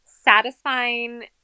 satisfying